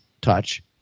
touch